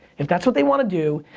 if that's what they want to do,